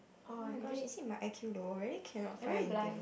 oh-my-gosh is it my i_q low really cannot find anything